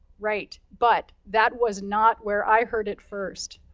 right, but, that was not where i heard it first,